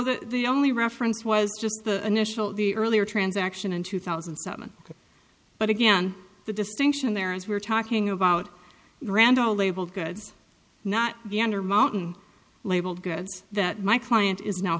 that the only reference was just the initial the earlier transaction in two thousand and seven but again the distinction there is we're talking about randall label goods not under mountain label goods that my client is now